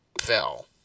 fell